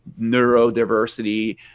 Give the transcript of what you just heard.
neurodiversity